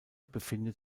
befindet